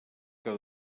que